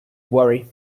worry